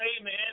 Amen